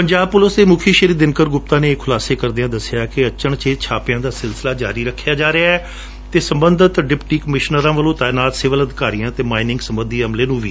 Punjab police ਦੇ ਮੁਖੀ ਦਿਨਕਰ ਗੁਪਤਾ ਨੇ ਇਹ ਖੁਲਾਸੇ ਕਰਦਿਆ ਕਿਹਾ ਕਿ ਅਚਨਚੇਤ ਛਾਪਿਆਂ ਦਾ ਸਿਲਸਿਲਾ ਜਾਰੀ ਰਖਿਆ ਜਾ ਰਿਹੈ ਅਤੇ ਸਬੰਧਤ ਡਿਪਟੀ ਕਮਿਸ਼ਨਰਾਂ ਵੱਲੋਂ ਤਾਈਨਾਤ ਸਿਵਲ ਅਧਿਕਾਰੀਆਂ ਅਤੇ ਮਾਇਨਿੰਗ ਸਬੰਧੀ ਅਮਲੇ ਨੂੰ ਵੀ ਨਾਲ ਰਖਿਆ ਜਾ ਰਿਹੈ